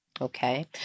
Okay